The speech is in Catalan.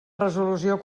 resolució